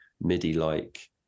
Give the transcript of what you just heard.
MIDI-like